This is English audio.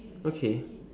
okay